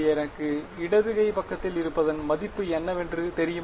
எனக்கு இடது கை பக்கத்தில் இருப்பதன் மதிப்பு என்னவென்று தெரியுமா